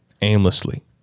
aimlessly